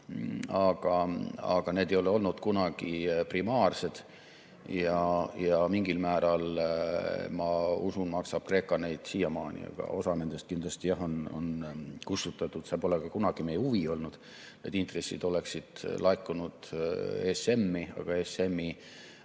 aga need ei ole olnud kunagi primaarsed. Ja mingil määral, ma usun, maksab Kreeka neid siiamaani. Osa nendest kindlasti on kustutatud. See pole ka kunagi meie huvi olnud, need intressid oleksid laekunud ESM‑i, aga ESM‑i